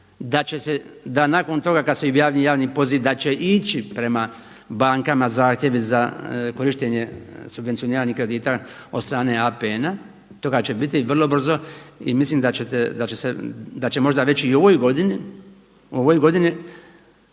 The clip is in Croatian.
javiti. Da nakon toga kada se i objavi javni poziv da će ići prema bankama zahtjevi za korištenje subvencioniranih kredita od strane APN-a, toga će biti vrlo brzo i mislim da će se, da će možda već i u ovoj godini, u ovoj godini